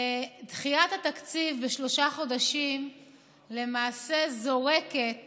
דחיית התקציב בשלושה חודשים למעשה זורקת